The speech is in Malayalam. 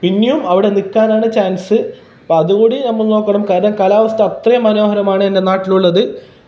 പിന്നെയും അവിടെ നിൽക്കാനാണ് ചാൻസ്സ് അപ്പം അതുകൂടി നമ്മൾ നോക്കണം കാരണം കാലാവസ്ഥ അത്രയും മനോഹരമാണ് എൻ്റെ നാട്ടിലുള്ളത്